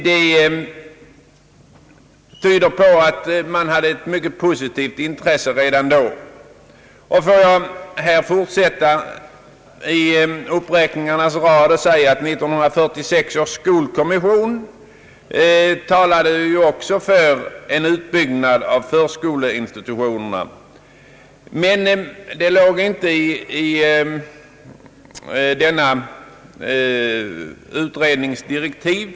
Det tyder på att det förelåg ett mycket positivt intresse för frågan redan då. Om jag fortsätter i uppräkningarnas rad, vill jag framhålla att också 1946 års skolkommission talade för en utbyggnad av förskoleinstitutionerna, även om denna del inte ingick i utredningens direktiv.